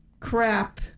Crap